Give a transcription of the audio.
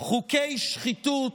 חוקי שחיתות,